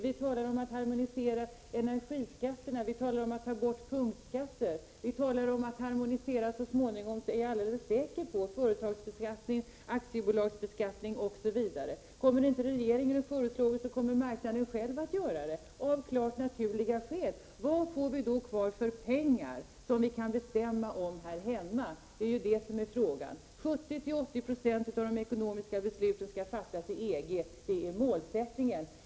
Vi talar om att harmonisera energiskatterna, vi talar om att ta bort punktskatter, vi talar om att så småningom -— det är jag alldeles säker på — harmonisera företagsbeskattning, aktiebolagsbeskattning, osv. Om regeringen inte föreslår det kommer marknaden själv att göra det — av klart naturliga skäl. Vad för pengar får vi då kvar som vi kan bestämma om här hemma? Det är frågan. 70-80 70 av de ekonomiska besluten skall fattas i EG — det är målsättningen.